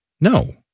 No